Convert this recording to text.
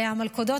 המלכודות,